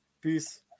peace